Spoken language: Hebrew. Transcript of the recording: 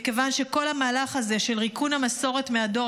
מכיוון שכל המהלך הזה של ריקון המסורת מהדור